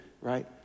Right